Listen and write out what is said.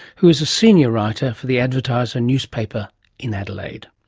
who is a senior writer for the advertiser newspaper in adelaide.